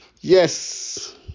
Yes